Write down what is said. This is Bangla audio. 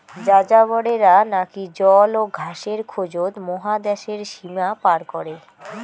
যাযাবরেরা নাকি জল ও ঘাসের খোঁজত মহাদ্যাশের সীমা পার করে